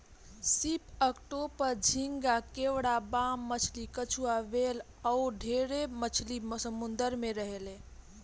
सीप, ऑक्टोपस, झींगा, केकड़ा, बाम मछली, कछुआ, व्हेल अउर ढेरे मछली समुंद्र में रहेले